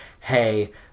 hey